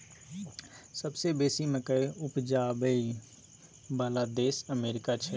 सबसे बेसी मकइ उपजाबइ बला देश अमेरिका छै